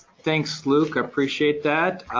thanks luke, i appreciate that.